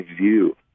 view